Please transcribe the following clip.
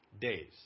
days